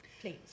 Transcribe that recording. Please